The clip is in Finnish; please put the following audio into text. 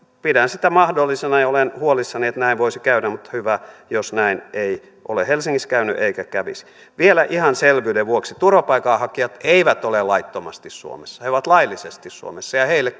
pidän sitä mahdollisena ja olen huolissani että näin voisi käydä mutta hyvä jos näin ei ole helsingissä käynyt eikä kävisi vielä ihan selvyyden vuoksi turvapaikanhakijat eivät ole laittomasti suomessa he ovat laillisesti suomessa ja heille